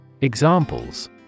Examples